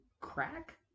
Crack